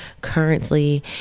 currently